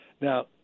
Now